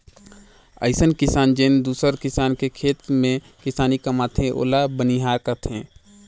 अइसन किसान जेन दूसर किसान के खेत में किसानी कमाथे ओला बनिहार केहथे